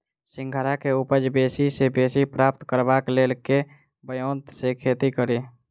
सिंघाड़ा केँ उपज बेसी सऽ बेसी प्राप्त करबाक लेल केँ ब्योंत सऽ खेती कड़ी?